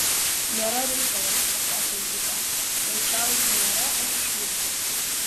nėra reikalo atsakė edita jei čarlzo nėra aš išvykstu